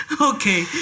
Okay